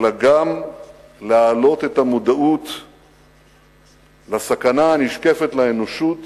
אלא גם להעלות את המודעות לסכנה הנשקפת לאנושות